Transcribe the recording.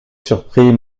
surpris